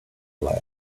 flag